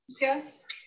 Yes